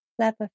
clever